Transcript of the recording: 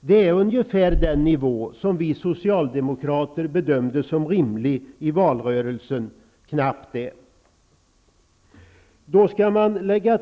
Det är ungefär den nivå som vi socialdemokrater bedömde som rimlig i valrörelsen, knappt det.